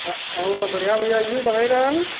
हाँ और सब बढ़िया भइया यो